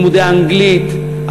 לימודי אנגלית,